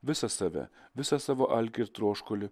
visą save visą savo alkį ir troškulį